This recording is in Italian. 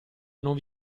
non